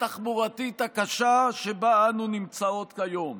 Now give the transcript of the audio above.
התחבורתית הקשה שבה אנו נמצאות היום.